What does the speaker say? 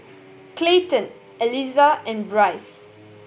Clayton Eliza and Bryce